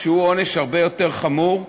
שהוא עונש הרבה יותר חמור.